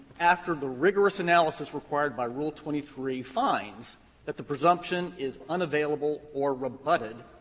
after the rigorous analysis required by rule twenty three, finds that the presumption is unavailable or rebutted,